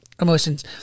emotions